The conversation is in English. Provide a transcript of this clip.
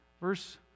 Verse